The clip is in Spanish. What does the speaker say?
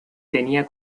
tenía